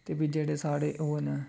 ते फ्ही जेह्ड़े साढ़े ओह् न